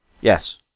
Yes